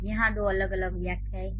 यहां दो अलग अलग व्याख्याएं हैं